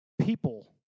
People